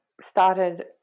started